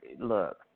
look